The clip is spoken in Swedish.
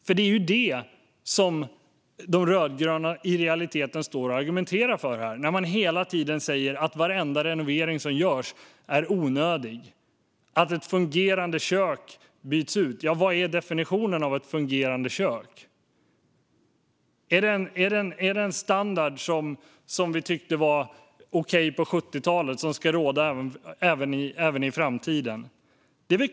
För det är ju detta som de rödgröna i realiteten argumenterar för här när de hela tiden säger att varenda renovering som görs är onödig. Man säger att fungerande kök byts ut. Ja, vad är definitionen av ett fungerande kök? Är det den standard som var okej på 1970-talet som ska gälla även i framtiden?